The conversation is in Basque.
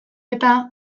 eta